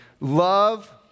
Love